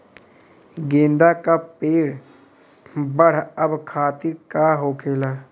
गेंदा का पेड़ बढ़अब खातिर का होखेला?